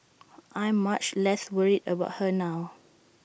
I'm much less worried about her now